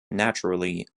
naturally